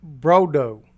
Brodo